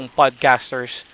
podcasters